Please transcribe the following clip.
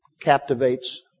captivates